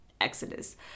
Exodus